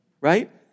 right